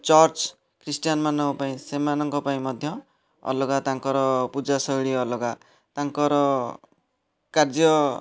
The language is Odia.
ଏବଂ ଚର୍ଚ୍ଚ ଖ୍ରୀଷ୍ଟିୟାନ୍ମାନଙ୍କପାଇଁ ସେମାନଙ୍କ ପାଇଁ ମଧ୍ୟ ଅଲଗା ତାଙ୍କର ପୂଜାଶୈଳୀ ଅଲଗା ତାଙ୍କର କାର୍ଯ୍ୟ